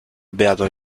beato